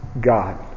God